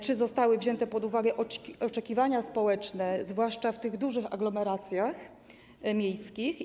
Czy zostały wzięte pod uwagę oczekiwania społeczne zwłaszcza w dużych aglomeracjach miejskich?